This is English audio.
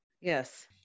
Yes